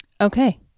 Okay